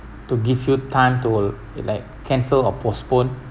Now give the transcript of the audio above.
to give you time to uh like cancel or postpone